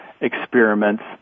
experiments